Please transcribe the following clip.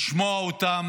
לשמוע אותן